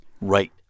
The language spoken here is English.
Right